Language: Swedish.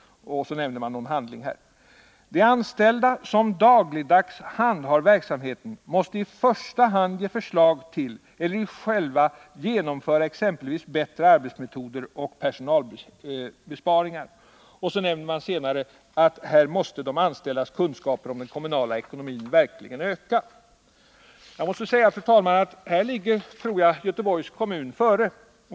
De anställda, som dagligdags handhar verksamheten, måste i första hand ge förslag till eller själva genomföra exempelvis bättre arbetsmetoder och personalbesparingar.” Här går verkligen Göteborgs kommun före.